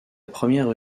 première